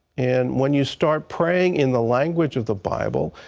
and when you start praying in the language of the bible,